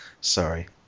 Sorry